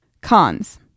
Cons